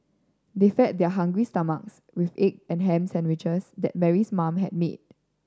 they fed their hungry stomachs with egg and ham sandwiches that Mary's mother had made